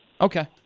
Okay